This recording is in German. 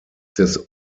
des